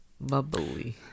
Bubbly